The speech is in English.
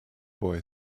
boy